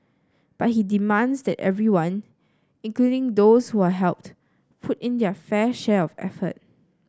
but he demands that everyone including those who are helped put in their fair share of effort